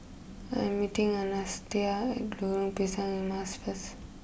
I'm meeting Anastacia at Lorong Pisang Emas first